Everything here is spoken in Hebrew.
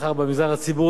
הם צמודים אליהם.